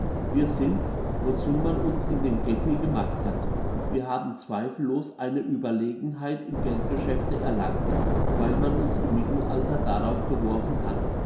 wir sind wozu man uns in den ghetti gemacht hat wir haben zweifellos eine ueberlegenheit im geldgeschäfte erlangt weil man uns im mittelalter darauf geworfen hat